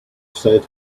said